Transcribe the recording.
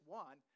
one